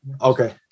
Okay